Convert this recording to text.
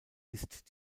ist